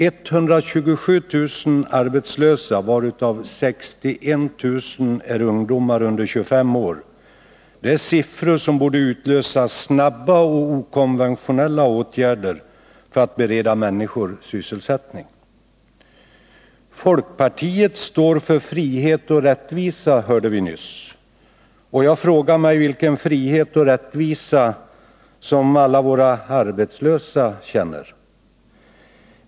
127 000 arbetslösa, varav 61 000 ungdomar under 25 år, är siffror som borde utlösa snabba och okonventionella åtgärder i syfte att bereda människor sysselsättning. Folkpartiet står för frihet och rättvisa, hörde vi nyss. Och jag frågar vilken frihet och rättvisa alla våra arbetslösa känner.